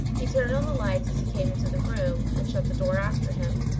he turned on the lights as he came into the room and shut the door after him.